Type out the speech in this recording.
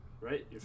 Right